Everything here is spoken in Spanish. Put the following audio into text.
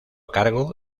cargo